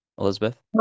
elizabeth